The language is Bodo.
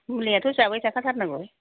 मुलियाथ' जाबाय थाखाथारनांगौ